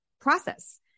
process